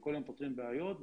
וכול יום פותרים בעיות.